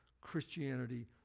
Christianity